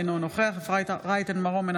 אינו נוכח אפרת רייטן מרום,